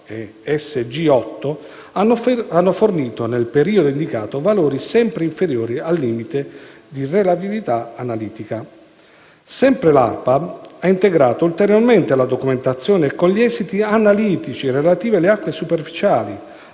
e SG8, hanno fornito nel periodo indicato valori sempre inferiori al limite di rilevabilità analitica. Sempre l'ARPAB ha integrato ulteriormente la documentazione con gli esiti analitici relativi alle acque superficiali